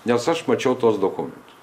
nes aš mačiau tuos dokumentus